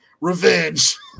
Revenge